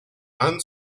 han